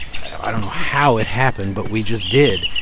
i don't know how it happened, but we just did.